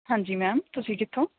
ਹਾਂਜੀ ਮੈਮ ਤੁਸੀਂ ਕਿੱਥੋਂ